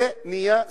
הרי זה נהיה סיוט,